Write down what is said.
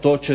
to će